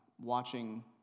watching